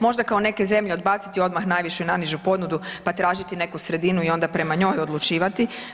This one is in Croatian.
Možda kao neke zemlje odbaciti odmah najvišu i najnižu ponudu, pa tražiti neku sredinu i onda prema njoj odlučivati.